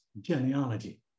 genealogy